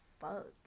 fuck